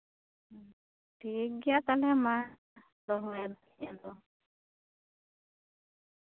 ᱦᱮᱸ ᱴᱷᱤᱠ ᱜᱮᱭᱟ ᱛᱟᱦᱚᱞᱮ ᱢᱟ ᱫᱚᱦᱚᱭ ᱫᱟᱹᱞᱤᱧ ᱟᱫᱚ